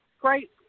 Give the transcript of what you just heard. great